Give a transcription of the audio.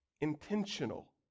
intentional